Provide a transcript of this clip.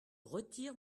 retire